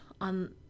on